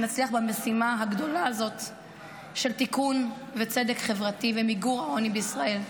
נצליח במשימה הגדולה הזאת של תיקון וצדק חברתי ומיגור העוני בישראל.